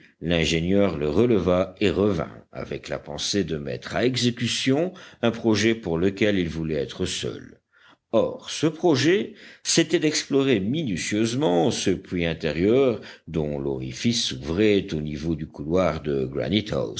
l'ingénieur le releva et revint avec la pensée de mettre à exécution un projet pour lequel il voulait être seul or ce projet c'était d'explorer minutieusement ce puits intérieur dont l'orifice s'ouvrait au niveau du couloir de